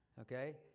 Okay